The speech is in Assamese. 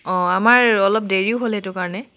অঁ আমাৰ অলপ দেৰিও হ'ল সেইটো কাৰণে